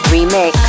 Remix